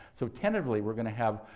so, tentatively, we're going to have